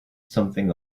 something